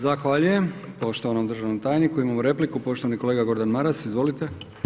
Zahvaljujem poštovanom državnom tajniku, imamo repliku, poštovani kolega Gordan Maras, izvolite.